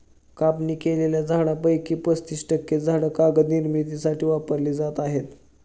कापणी केलेल्या झाडांपैकी पस्तीस टक्के झाडे कागद निर्मितीसाठी वापरली जात आहेत